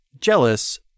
Jealous